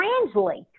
translate